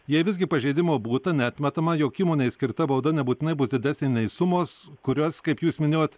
jei visgi pažeidimo būta neatmetama jog įmonei skirta bauda nebūtinai bus didesnė nei sumos kurios kaip jūs minėjot